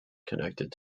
connected